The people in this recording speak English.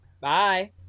Bye